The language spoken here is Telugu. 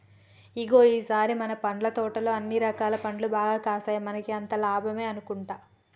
ఇగో ఈ సారి మన పండ్ల తోటలో అన్ని రకాల పండ్లు బాగా కాసాయి మనకి అంతా లాభమే అనుకుంటా